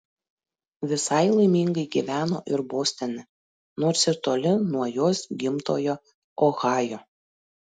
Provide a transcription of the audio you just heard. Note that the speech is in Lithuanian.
visai laimingai gyveno ir bostone nors ir toli nuo jos gimtojo ohajo